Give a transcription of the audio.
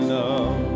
love